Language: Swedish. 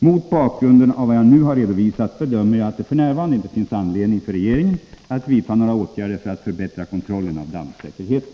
Mot bakgrund av vad jag nu har redovisat bedömer jag att det f. n. inte finns anledning för regeringen att vidta några åtgärder för att förbättra kontrollen av dammsäkerheten.